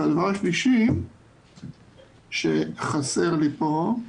הדבר השלישי שחסר לי פה הוא,